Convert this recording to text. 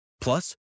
Plus